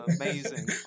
amazing